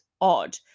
odd